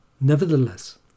Nevertheless